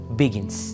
begins